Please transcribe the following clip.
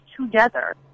together